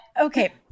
Okay